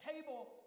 table